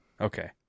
Okay